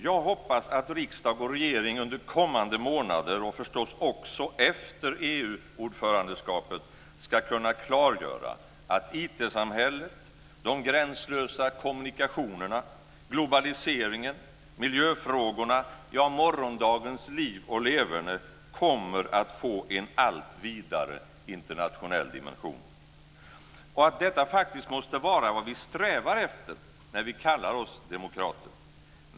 Jag hoppas att riksdag och regering under kommande månader, och förstås också efter EU-ordförandeskapet, ska kunna klargöra att IT-samhället, de gränslösa kommunikationerna, globaliseringen, miljöfrågorna - morgondagens liv och leverne - kommer att få en allt vidare internationell dimension och att detta faktiskt måste vara vad vi strävar efter när vi kallar oss demokrater.